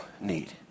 need